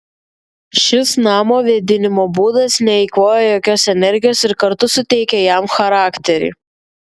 šis namo vėdinimo būdas neeikvoja jokios energijos ir kartu suteikia jam charakterį